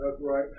right